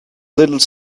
little